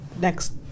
next